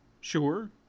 sure